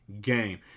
game